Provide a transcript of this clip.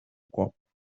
copo